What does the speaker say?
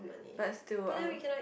but still I'll